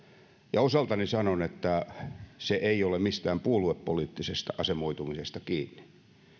ja osaltani sanon että se ei ole mistään puoluepoliittisesta asemoitumisesta kiinni